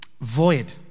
void